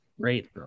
great